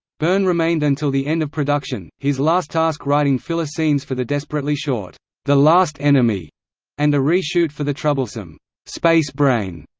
byrne remained until the end of production his last task writing filler scenes for the desperately short the last enemy and a re-shoot for the troublesome space brain.